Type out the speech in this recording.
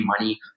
money